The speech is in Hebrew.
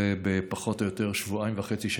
בערך בשבועיים וחצי,